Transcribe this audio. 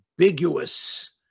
ambiguous